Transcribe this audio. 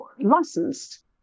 licensed